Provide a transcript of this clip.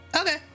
Okay